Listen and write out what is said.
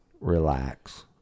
relax